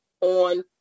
on